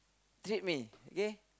treat me okay